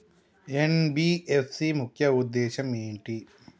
NBFC ముఖ్య ఉద్దేశం ఏంటి?